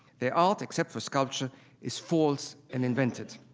their art except for sculpture is false and invented.